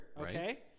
Okay